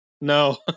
No